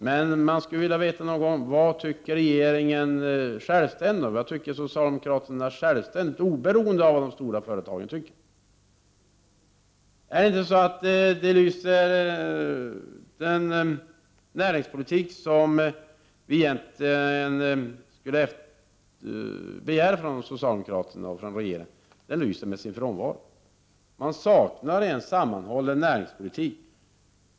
Men vi skulle vilja veta: Vad tycker regeringen och socialdemokraterna självständigt, oberoende av vad de stora företagen tycker? Är det inte så att den näringspolitik som vi egentligen skulle begära av socialdemokraterna och regeringen lyser med sin frånvaro? Man saknar en sammanhållen näringspolitik.